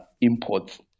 imports